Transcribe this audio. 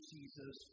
Jesus